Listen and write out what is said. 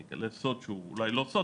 אני אגלה סוד שאולי הוא לא סוד,